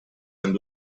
and